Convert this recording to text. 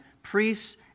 priests